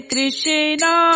Krishna